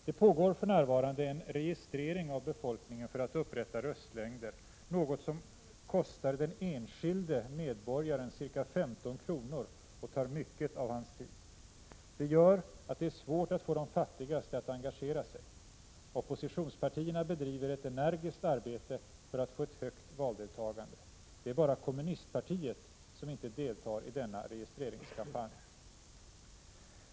Det pågår för närvarande en registrering av befolkningen för att upprätta röstlängder, något som kostar den enskilde medborgaren cirka 15 kr. och tar mycket av hans tid. Det gör att det är svårt att få de fattigaste att engagera sig. Oppositionspartierna bedriver ett energiskt arbete för att få ett högt valdeltagande. Det är bara kommunistpartiet som inte deltar i denna registreringskampanj.